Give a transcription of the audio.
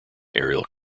aerial